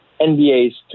NBA's